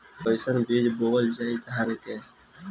कईसन बीज बोअल जाई धान के?